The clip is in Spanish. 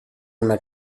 una